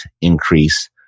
increase